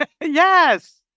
Yes